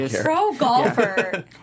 Pro-golfer